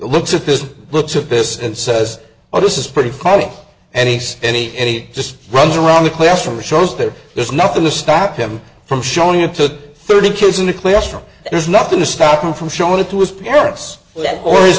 the looks of this and says oh this is pretty funny and he's any any just runs around the classroom shows that there's nothing to stop him from showing up to thirty kids in the classroom there's nothing to stop him from showing it to his parents or is